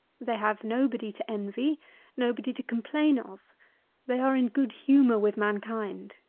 they have nobody to envy nobody to complain of they are in good humour with mankind.